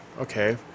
okay